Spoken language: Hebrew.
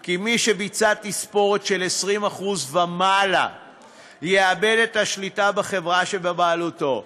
כי מי שביצע תספורת של 20% ומעלה יאבד את השליטה בחברה שבבעלותו.